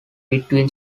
between